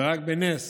ורק בנס